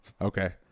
Okay